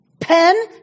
Pen